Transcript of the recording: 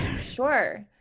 sure